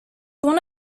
one